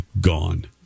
Gone